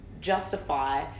justify